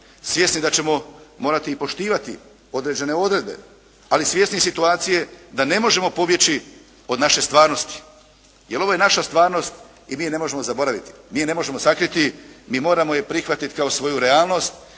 svjesni da ćemo morati poštivati određene odredbe, ali svjesni situacije da ne možemo pobjeći od naše stvarnosti. Jel' ovo je naša stvarnost i mi je ne možemo zaboraviti, mi je ne možemo sakriti, mi moramo je prihvatiti kao svoju realnost